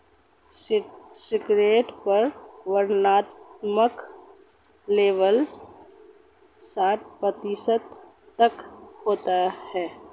cigarette पर वर्णनात्मक label साठ प्रतिशत तक होता है